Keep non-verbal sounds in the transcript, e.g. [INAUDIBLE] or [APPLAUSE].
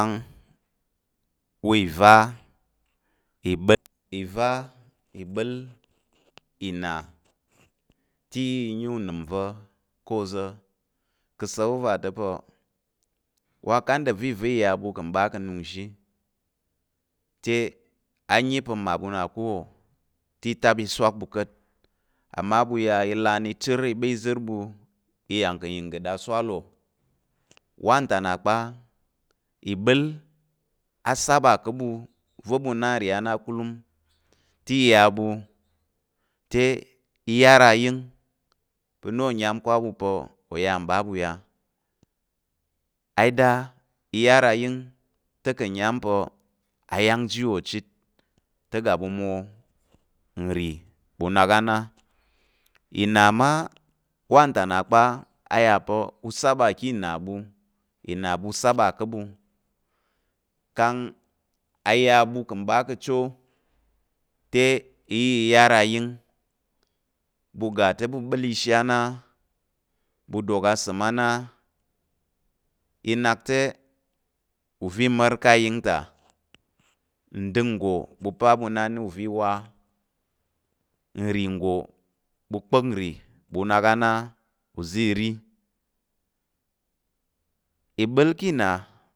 [HESITATION] wi va̱ ìva, ìva, ìbəl, ìna te i yi unəm va̱ ká̱ oza̱ ka̱ asa̱l- wu va ta̱ pa̱, wa kada va̱ ìva i ya ɓu ka̱ m ɓa ka̱ nung nzhi te a yi pa̱ mmaɓu na ka̱ wò te i swak ɓu ka̱t amma ɓu ya i lan chər i ɓa ìzər ɓu i ya kà̱ yəngən aswal wò wanata nnà kpa ìbəl asaba ká̱ ɓu va̱ ɓu na nri á na kulum te ya ɓu te i yar ayəng pa̱ na o nyam ká̱ á ɓu pa̱ o ya m ɓa ɓu ya ida i yar ayəng ta̱ ka̱ nyam pa̱ ayáng ji wò chit te ga ɓu mwo nri ɓu nak á na, ìna mma wanta nnà kpa a yà pa̱ u saba ká̱ ìna ɓu ìna ɓu saba ká̱ ɓu kang a ya ɓu ka̱ m ɓa ka̱ cho te i íya i yar ayəng ɓu ga te ɓu ɓəl ishi a na ɓu tok asəm á na i nak te uva̱ i ma̱r ká̱ ayəng ta, ndəng nggo ɓu pa ɓu na na uza̱ i wa, nri nggo ɓu ma̱k nri ɓu nak á na uza̱ i ri, ìɓəl ká̱ ìna